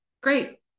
great